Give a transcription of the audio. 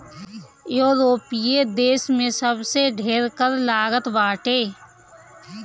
यूरोपीय देस में सबसे ढेर कर लागत बाटे